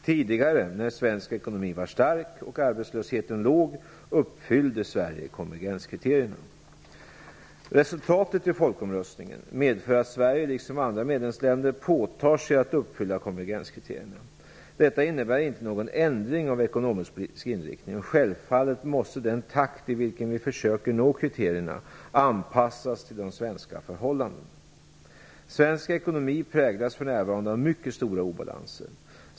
Tidigare, när svensk ekonomi var stark och arbetslösheten låg, uppfyllde Resultatet i folkomröstningen medför att Sverige liksom andra medlemsländer påtar sig att uppfylla konvergenskriterierna. Detta innebär inte någon ändring av ekonomisk-politisk inriktning, och självfallet måste den takt i vilken vi försöker nå kriterierna anpassas till svenska förhållanden. Svensk ekonomi präglas för närvarande av mycket stora obalanser.